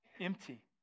empty